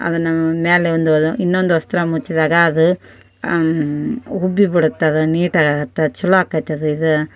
ಅದನ್ನೂ ಮೇಲೆ ಒಂದು ಅದು ಇನ್ನೊಂದು ವಸ್ತ್ರ ಮುಚ್ಚಿದಾಗ ಅದು ಉಬ್ಬಿ ಬಿಡುತ್ತದು ನೀಟಾಗಿ ಆಗುತ್ತೆ ಛಲೋ ಆಗುತ್ತೆ ಅದು ಇದು